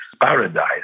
paradise